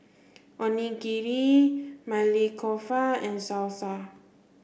Onigiri Maili Kofta and Salsa